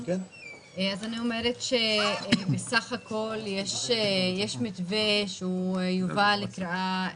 אני אומרת שבסך הכול יש מתווה שהוא יובא לקריאה